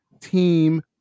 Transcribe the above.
team